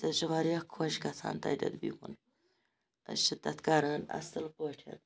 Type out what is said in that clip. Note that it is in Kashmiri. أسۍ حظ چھِ واریاہ خۄش گَژھان تَتیٚتھ بِہُن أسۍ چھِ تَتھ کران اَصل پٲٹھۍ